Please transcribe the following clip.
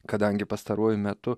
kadangi pastaruoju metu